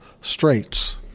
straits